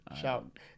shout